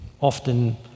often